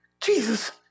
Jesus